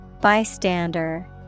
Bystander